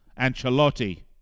Ancelotti